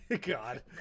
God